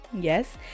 Yes